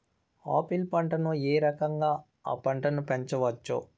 Apple పంటను ఏ రకంగా అ పంట ను పెంచవచ్చు?